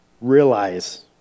realize